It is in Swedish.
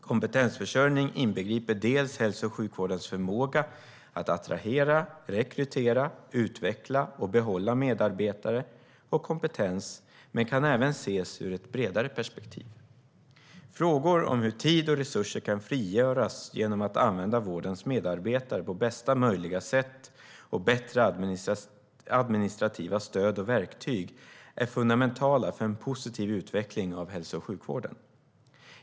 Kompetensförsörjning inbegriper hälso och sjukvårdens förmåga att attrahera, rekrytera, utveckla och behålla medarbetare och kompetens, men kan även ses ur ett bredare perspektiv. Frågor om hur tid och resurser kan frigöras genom att använda vårdens medarbetare på bästa möjliga sätt och bättre administrativa stöd och verktyg är fundamentala för en positiv utveckling av hälso och sjukvården.